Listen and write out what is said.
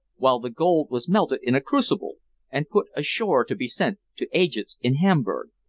while the gold was melted in a crucible and put ashore to be sent to agents in hamburg.